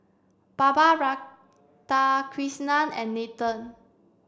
Baba Radhakrishnan and Nathan